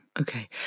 okay